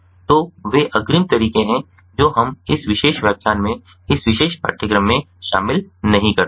तो वे अग्रिम तरीके हैं जो हम इस विशेष व्याख्यान में इस विशेष पाठ्यक्रम में शामिल नहीं करते हैं